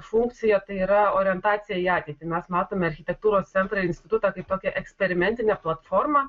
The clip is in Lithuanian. funkcija tai yra orientacija į ateitį mes matome architektūros centrą institutą kaip tokią eksperimentinę platformą